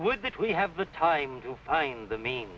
would that we have the time to find the mea